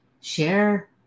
share